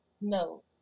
No